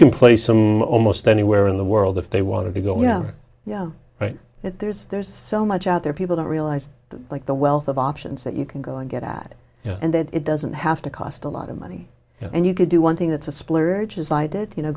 can play some almost anywhere in the world if they want to go yeah yeah right there's there's so much out there people don't realize like the wealth of options that you can go and get at and that it doesn't have to cost a lot of money and you could do one thing that's a splurge as i did you know